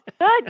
good